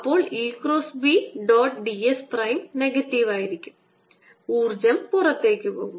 അപ്പോൾ E cross B dot d s prime negative ആയിരിക്കും ഊർജ്ജം പുറത്തുപോകും